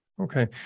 Okay